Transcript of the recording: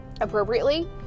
appropriately